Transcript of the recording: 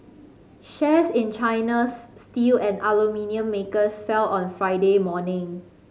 shares in China's steel and aluminium makers fell on Friday morning